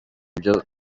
byo